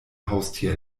haustier